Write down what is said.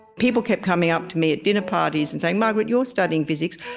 people kept coming up to me at dinner parties and saying, margaret, you're studying physics.